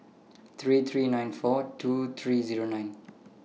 three three nine four two three Zero nine